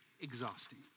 exhausting